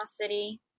City